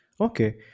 Okay